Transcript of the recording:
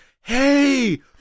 hey